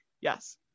yes